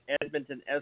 Edmonton